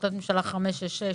החלטות ממשלה 566,